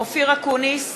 (קוראת בשמות חברי הכנסת) אופיר אקוניס,